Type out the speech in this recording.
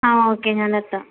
ആ ഓക്കെ ഞാൻ എത്താം